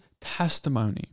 testimony